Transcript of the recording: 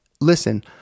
listen